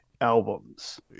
albums